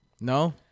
No